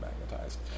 magnetized